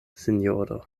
sinjoro